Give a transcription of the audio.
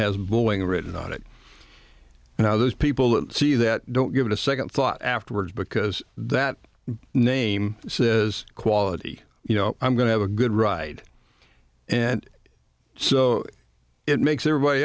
has boeing written on it and how those people see that don't give it a second thought afterwards because that name says quality you know i'm going to have a good ride and so it makes everybody